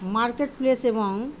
market place এবং